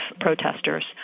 protesters